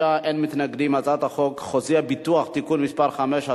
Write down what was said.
חוק חוזה הביטוח (תיקון מס' 5),